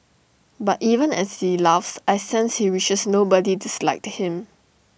but even as he laughs I sense he wishes nobody disliked him